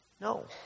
No